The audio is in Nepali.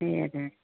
ए हजुर हजुर